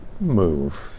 move